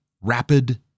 rapid